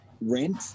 rent